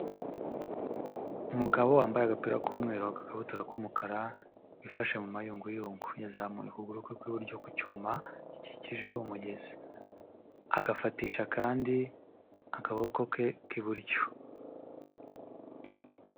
Umugabo wambaye agapira k'umweru, agakabutura k'umukara, wifashe mu mayunguyungu, yazamuye ukuguru kwe kw'iburyo ku cyuma gikikije umugezi, agafatisha akandi akaboko ke k'iburyo.